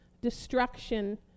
destruction